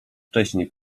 wcześniej